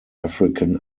african